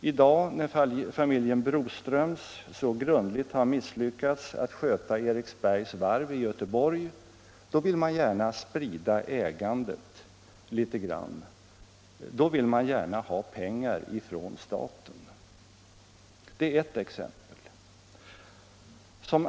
I dag, när familjen Broström så grundligt har misslyckats med att sköta Eriksbergs varv i Göteborg, vill man gärna sprida ägandet litet grand, då vill man gärna ha pengar från staten. Det är ett exempel.